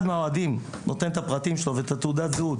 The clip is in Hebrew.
אחד מהאוהדים נותן את הפרטים שלו ואת תעודת הזהות,